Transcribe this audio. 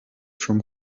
from